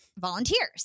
volunteers